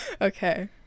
Okay